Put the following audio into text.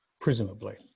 Presumably